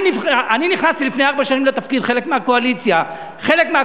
אני נכנסתי לפני ארבע שנים לתפקיד כחלק מהקואליציה הכלכלית.